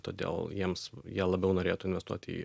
todėl jiems jie labiau norėtų investuoti į